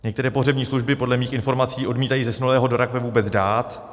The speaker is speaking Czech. Některé pohřební služby podle mých informací odmítají zesnulého do rakve vůbec dát.